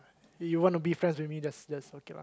you wanna be friends with me just just okay lah